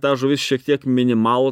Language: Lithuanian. ta žuvis šiek tiek minimal